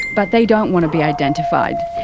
but they don't want to be identified.